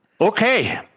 Okay